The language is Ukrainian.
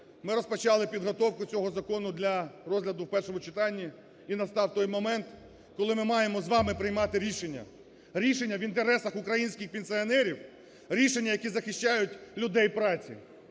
Ми розпочали підготовку цього закону для розгляду в першому читанні, і настав той момент, коли ми маємо з вами приймати рішення, рішення в інтересах українських пенсіонерів, рішення, які захищають людей праці.